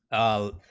o